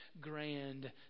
grand